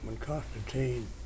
Constantine